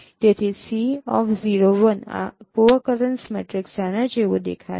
તેથી C0 1 આ co occurrence matrix આના જેવો દેખાશે